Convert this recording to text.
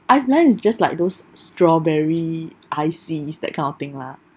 ice blend is just like those strawberry icy it's that kind of thing lah